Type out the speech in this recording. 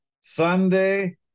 Sunday